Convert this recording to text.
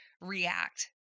react